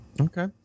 Okay